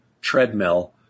treadmill